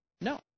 No